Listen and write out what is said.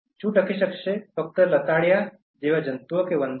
શું ટકી શકશે ફક્ત કેટલાક લતાળિયા જંતુઓ જેમ કે વંદો